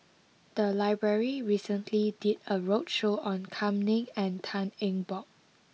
the library recently did a roadshow on Kam Ning and Tan Eng Bock